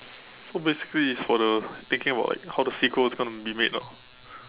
so basically it's for the thinking about like how the sequel is going to be made ah